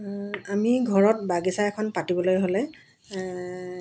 আমি ঘৰত বাগিছা এখন পাতিবলৈ হ'লে